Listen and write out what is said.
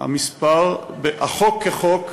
החוק כחוק